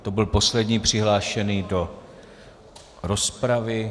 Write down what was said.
To byl poslední přihlášený do rozpravy.